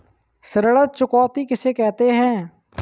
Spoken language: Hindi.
ऋण चुकौती किसे कहते हैं?